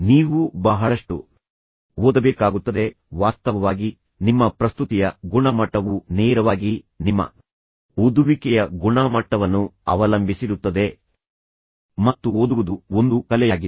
ನೀವು ಬಹಳಷ್ಟು ಓದಬೇಕಾಗುತ್ತದೆ ವಾಸ್ತವವಾಗಿ ನಿಮ್ಮ ಪ್ರಸ್ತುತಿಯ ಗುಣಮಟ್ಟವು ನೇರವಾಗಿ ನಿಮ್ಮ ಓದುವಿಕೆಯ ಗುಣಮಟ್ಟವನ್ನು ಅವಲಂಬಿಸಿರುತ್ತದೆ ಮತ್ತು ಓದುವುದು ಒಂದು ಕಲೆಯಾಗಿದೆ